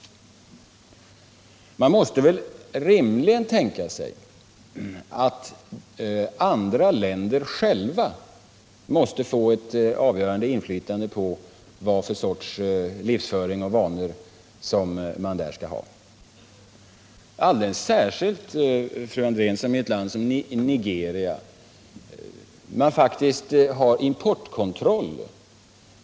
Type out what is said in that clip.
Vi bör ändå rimligen utgå från att andra länder själva måste få ha ett avgörande inflytande på vilken livsföring och vilka vanor man där skall ha. Alldeles särskilt, fru Andrén, gäller det ett land som Nigeria, där man faktiskt har importkontroll.